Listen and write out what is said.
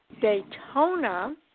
Daytona